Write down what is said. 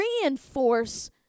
reinforce